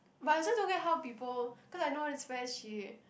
but I also don't get how people cause I know this friend she